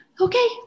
okay